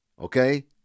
Okay